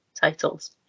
titles